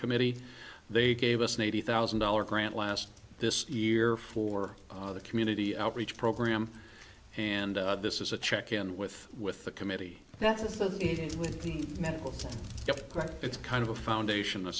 committee they gave us an eighty thousand dollars grant last this year for the community outreach program and this is a check in with with the committee that's the thing with the medical it's kind of a foundation